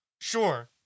sure